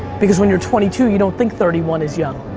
because when you're twenty two you don't think thirty one is young.